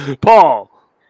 Paul